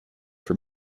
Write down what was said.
for